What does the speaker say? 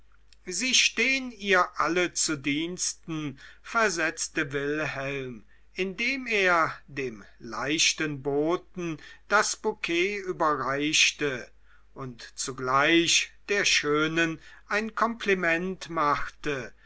sie stehn ihr alle zu diensten versetzte wilhelm indem er dem leichten boten das bouquet überreichte und zugleich der schönen ein kompliment machte